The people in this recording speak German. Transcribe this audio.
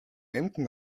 emden